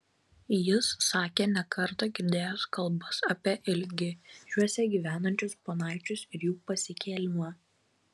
jis sakė ne kartą girdėjęs kalbas apie ilgižiuose gyvenančius ponaičius ir jų pasikėlimą